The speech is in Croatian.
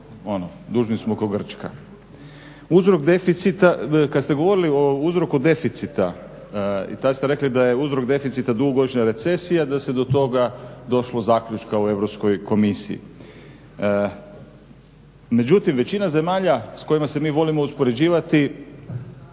ono dužni smo k'o Grčka. Kad ste govorili o uzroku deficita i tad ste rekli da je uzrok deficita dugogodišnja recesija, da se do toga došlo zaključka u Europskoj komisiji. Međutim, većina zemalja s kojima se mi volimo uspoređivati